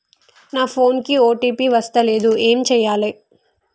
నా ఫోన్ కి ఓ.టీ.పి వస్తలేదు ఏం చేయాలే?